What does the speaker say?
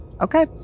Okay